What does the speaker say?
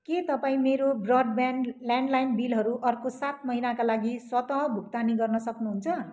के तपाईँ मेरो ब्रोडब्यान्ड ल्यान्डलाइन बिलहरू अर्को सात महिनाका लागि स्वतः भुक्तानी गर्न सक्नुहुन्छ